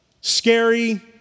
scary